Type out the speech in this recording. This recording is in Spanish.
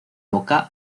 boca